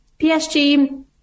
PSG